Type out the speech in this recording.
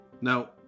Now